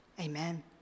Amen